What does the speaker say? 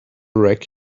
wreck